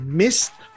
missed